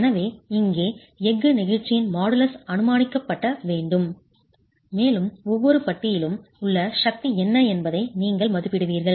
எனவே இங்கே எஃகு நெகிழ்ச்சியின் மாடுலஸ் அனுமானிக்கப்பட வேண்டும் மேலும் ஒவ்வொரு பட்டியிலும் உள்ள சக்தி என்ன என்பதை நீங்கள் மதிப்பிடுவீர்கள்